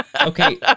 Okay